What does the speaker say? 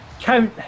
count